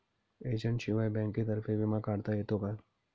एजंटशिवाय बँकेतर्फे विमा काढता येतो का?